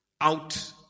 out